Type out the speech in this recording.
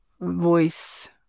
voice